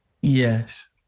Yes